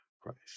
Christ